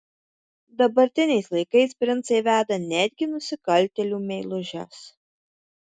dabartiniais laikais princai veda netgi nusikaltėlių meilužes